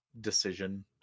decision